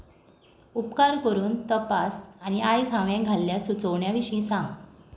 उपकार करून तपास आनी आयज हांवें घाल्ल्या सुचोवण्या विशीं सांग